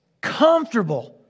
comfortable